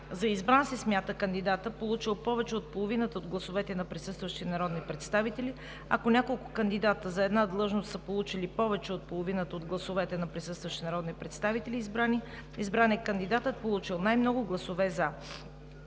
За избран се смята кандидатът, получил повече от половината от гласовете на присъстващите народни представители. Ако няколко кандидати за една длъжност са получили повече от половината от гласовете на присъстващите народни представители, избран е кандидатът, получил най-много гласове „за“.